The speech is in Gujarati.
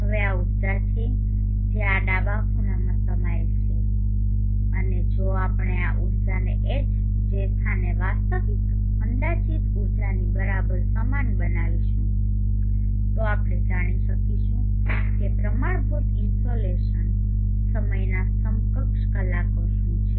હવે આ ઊર્જા છે જે આ ડાબા ખૂણામાં સમાયેલ છે અને જો આપણે આ ઊર્જાને H જે સ્થાને વાસ્તવિક અંદાજિત ઊર્જાની બરાબર સમાન બનાવીશું તો આપણે જાણી શકીશું કે પ્રમાણભૂત ઇનસોલેશન સમયના સમકક્ષ કલાકો શું છે